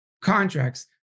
contracts